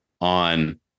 on